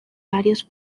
varios